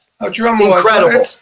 incredible